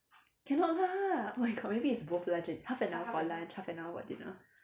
cannot lah oh my god maybe it's both lunch and d~ half an hour for both lunch half an hour for dinner